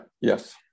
Yes